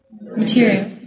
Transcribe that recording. material